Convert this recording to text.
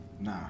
Nah